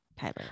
Tyler